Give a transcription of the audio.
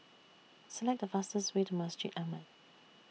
Select The fastest Way to Masjid Ahmad